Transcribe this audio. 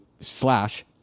slash